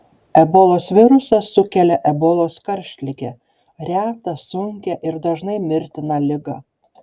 ebolos virusas sukelia ebolos karštligę retą sunkią ir dažnai mirtiną ligą